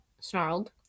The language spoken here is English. snarled